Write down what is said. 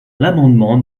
l’amendement